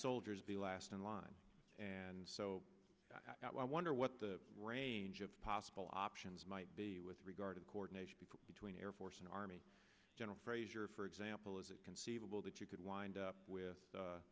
soldiers be last in line and so i wonder what the range of possible options might be with regard to coordination between air force and army general fraser for example is it conceivable that you could wind up with